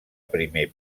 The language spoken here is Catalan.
primer